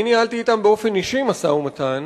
אני ניהלתי אתם באופן אישי משא-ומתן.